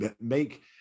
make